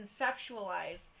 conceptualize